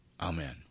Amen